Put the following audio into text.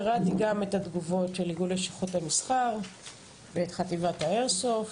קראתי גם את התגובות של איגוד לשכות המסחר ושל חטיבת האיירסופט,